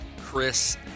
Chris